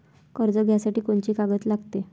कर्ज घ्यासाठी कोनची कागद लागते?